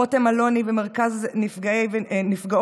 ולרותם אלוני ומרכז הסיוע